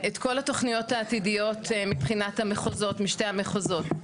את כל התוכניות העתידיות מבחינת המחוזות משתי המחוזות,